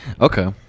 Okay